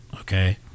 okay